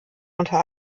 unter